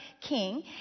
king